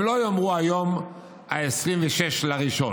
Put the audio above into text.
הם לא יאמרו שהיום 26 לראשון,